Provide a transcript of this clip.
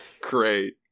Great